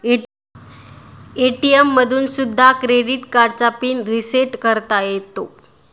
ATM मधून सुद्धा debit कार्डचा पिन रिसेट करता येतो